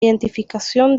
identificación